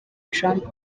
trump